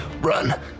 run